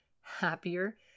happier